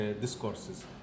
discourses